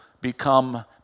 become